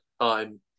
time